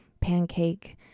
pancake